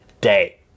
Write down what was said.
day